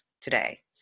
today